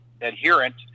adherent